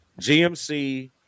GMC